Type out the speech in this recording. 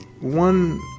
one